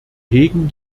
hegen